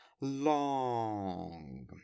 long